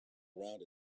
around